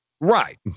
right